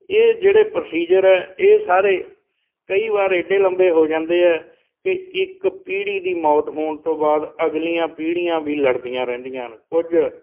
ਇਹ ਜਿਹੜੇ ਪ੍ਰੋਸੀਜਰ ਹੈ ਇਹ ਸਾਰੇ ਕਈ ਵਾਰ ਏਡੇ ਲੰਬੇ ਹੋ ਜਾਂਦੇ ਹੈ ਕਿ ਇੱਕ ਪੀੜ੍ਹੀ ਦੀ ਮੌਤ ਹੋਣ ਤੋਂ ਬਾਅਦ ਅਗਲੀਆਂ ਪੀੜ੍ਹੀਆਂ ਵੀ ਲੜਦੀਆਂ ਰਹਿੰਦੀਆਂ ਹਨ ਕੁਝ